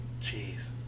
jeez